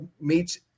meets